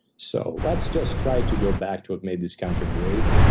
so let's just try to go back to what made this country great,